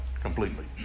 Completely